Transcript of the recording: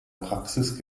praxis